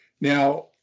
Now